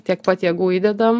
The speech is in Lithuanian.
tiek pat jėgų įdedam